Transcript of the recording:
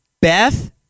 Beth